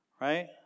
right